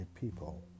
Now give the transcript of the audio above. people